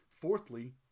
fourthly